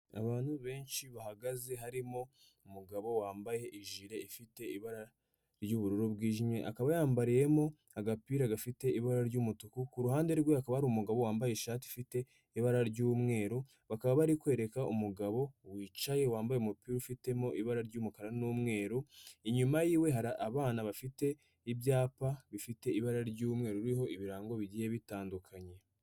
Abantu benshi bahagaze harimo umugabo wambaye ijile ifite ibara ry'ubururu bwijimye, akaba yambariyemo agapira gafite ibara ry'umutuku, ku ruhande rwe hakaba hari umugabo wambaye ishati ifite ibara ry'umweru, bakaba bari kwereka umugabo wicaye wambaye umupira ufitemo ibara ry'umukara n'umweru. Inyuma yiwe hari abana bafite ibyapa bifite ibara ry'umweru biriho ibirango bigiye bitandukanye.